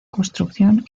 construcción